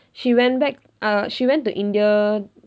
she went back uh she went to india